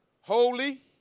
holy